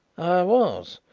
i was,